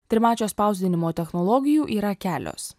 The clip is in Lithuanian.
trimačio spausdinimo technologijų yra kelios